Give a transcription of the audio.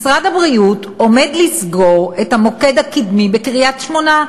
משרד הבריאות עומד לסגור את המוקד הקדמי בקריית-שמונה.